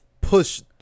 push